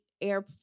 air